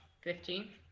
Fifteen